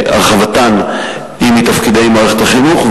והרחבתן הן מתפקידי מערכת החינוך,